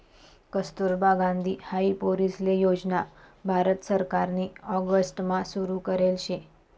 कस्तुरबा गांधी हाई पोरीसले योजना भारत सरकारनी ऑगस्ट मा सुरु करेल शे